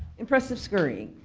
impressive scurrying.